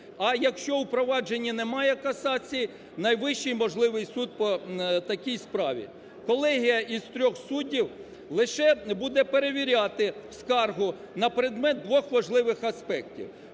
а якщо у провадженні немає касації, найвищий можливий суд по такій справі. Колегія із трьох суддів лише буде перевіряти скаргу на предмет двох важливих аспектів: